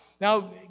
Now